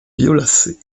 violacé